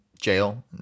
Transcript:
jail